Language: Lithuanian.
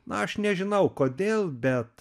na aš nežinau kodėl bet